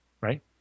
right